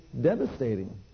devastating